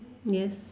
yes